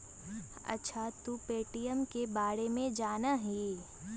अच्छा तू पे.टी.एम के बारे में जाना हीं?